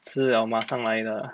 吃了马上来的 ah